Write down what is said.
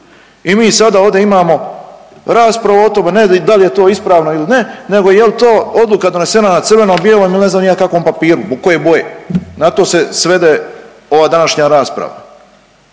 I mi sada ovdje imamo raspravu o tome ne da li je to ispravno ili ne nego jel to odluka donesena na crveno bijelom ili ne znam ni ja na kakvom papiru koje boje, na to se svede ova današnja rasprava.